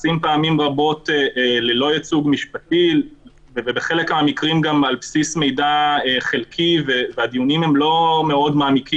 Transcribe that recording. שינוי כשהם נמצאים באיזושהי סיטואציה שמבחינה כלכלית הם לא יכולים לתמרן,